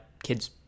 kids